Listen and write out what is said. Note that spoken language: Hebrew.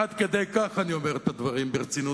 עד כדי כך אני אומר את הדברים ברצינות,